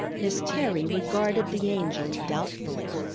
miss terry regarded the angel doubtfully.